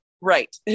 Right